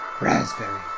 raspberry